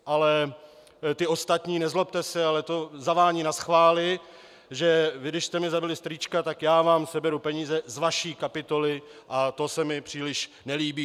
Ale ty ostatní, nezlobte se, to zavání naschvály, že vy, když jste mi zabili strýčka, tak já vám seberu peníze z vaší kapitoly, a to se mi příliš nelíbí.